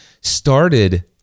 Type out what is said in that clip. started